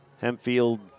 Hempfield